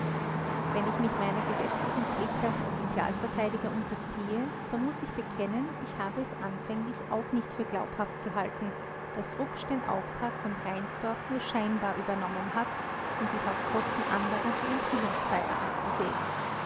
wenn ich mich meiner gesetzlichen pflicht als offizialverteidiger unterziehe so muß ich bekennen ich habe es anfänglich auch nicht für glaubhaft gehalten daß rupsch den auftrag von reinsdorf nur scheinbar übernommen hat um sich auf kosten anderer die enthüllungsfeier anzusehen